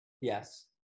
yes